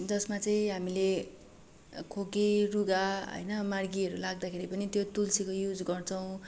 जसमा चाहिँ हामीले खोकी रुगा होइन मार्गीहरू लाग्दाखेरि पनि त्यो तुल्सिको युज गर्छौ